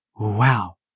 Wow